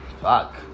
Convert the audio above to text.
fuck